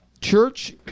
Church